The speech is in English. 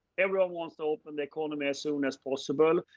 everyone wants to open the economy as soon as possible,